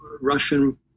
Russian